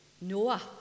Noah